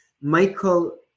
Michael